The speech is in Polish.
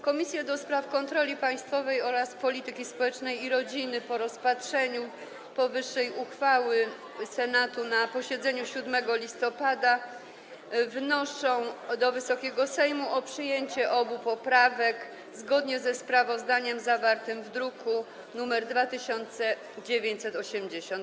Komisje do Spraw Kontroli Państwowej oraz Polityki Społecznej i Rodziny po rozpatrzeniu powyższej uchwały Senatu na posiedzeniu 7 listopada wnoszą do Wysokiego Sejmu o przyjęcie obu poprawek zgodnie ze sprawozdaniem zawartym w druku nr 2980.